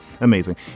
amazing